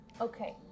okay